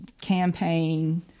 campaign